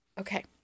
Okay